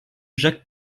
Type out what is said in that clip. jacques